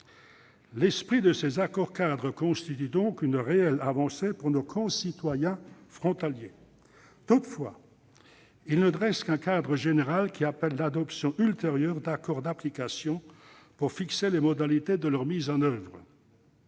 L'esprit de ces accords-cadres constitue une réelle avancée pour nos concitoyens frontaliers. Toutefois, ils ne dressent qu'un cadre général qui appelle l'adoption ultérieure d'accords d'application pour fixer les modalités de leur mise en oeuvre.